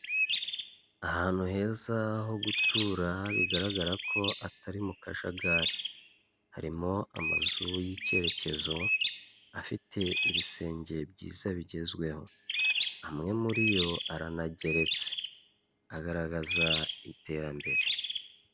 Ahantu heza ho gutura bigaragara ko atari mu kajagari, harimo amazu y'icyerekezo afite ibisenge byiza bigezweho amwe muri yo aranageretse agaragaza iterambere.